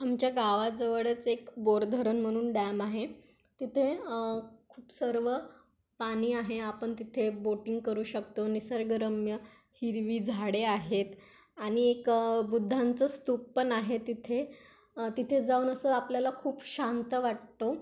आमच्या गावाजवळच एक बोर धरण म्हणून डॅम आहे तिथे खूप सर्व पाणी आहे आपण तिथे बोटिंग करू शकतो निसर्गरम्य हिरवी झाडे आहेत आणि एक बुद्धांचं स्तूप पण आहे तिथे तिथे जाऊन असं आपल्याला खूप शांत वाटतो